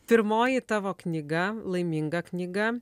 pirmoji tavo knyga laiminga knyga